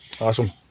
Awesome